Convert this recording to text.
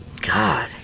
God